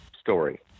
story